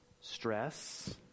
stress